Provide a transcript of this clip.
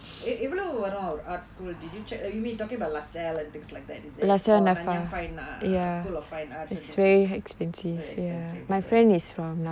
எவ்வளோ ஒரு:evalo oru art school did you check did you mean talking about lasalle and things like that is it oh nanyang fine arts school of fine arts and things like that very expensive is it oh